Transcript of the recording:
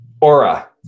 Aura